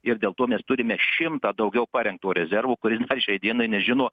ir dėl to mes turime šimtą daugiau parengtų rezervų kurin šiai dienai nežino